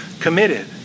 committed